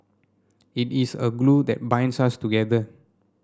it is a glue that binds us together